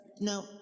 No